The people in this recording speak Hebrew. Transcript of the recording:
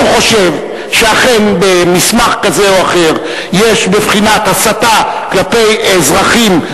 ואם הוא חושב שאכן במסמך כזה או אחר יש בבחינת הסתה כלפי אזרחים,